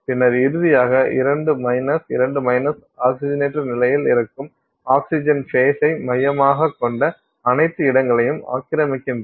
பின்னர் இறுதியாக 2 2 ஆக்சிஜனேற்ற நிலையில் இருக்கும் ஆக்ஸிஜன் ஃபேஸ்சை மையமாகக் கொண்ட அனைத்து இடங்களையும் ஆக்கிரமிக்கின்றன